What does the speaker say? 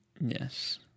Yes